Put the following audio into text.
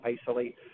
isolate